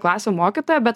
klasių mokytoja bet